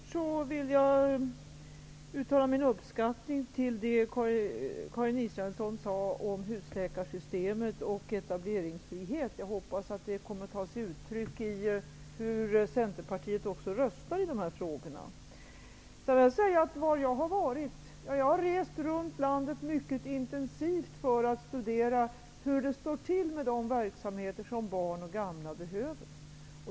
Herr talman! Först vill jag uttala min uppskattning till Karin Israelsson för det hon sade om husläkarsystemet och etableringsfrihet. Jag hoppas att det kommer att ta sig uttryck i hur Centerpartiet röstar i dessa frågar. Jag har rest runt landet mycket intensivt för att studera hur det står till med de verksamheter som barn och gamla behöver.